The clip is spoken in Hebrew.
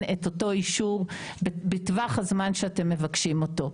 את אותו אישור בטווח הזמן שאתם מבקשים אותו.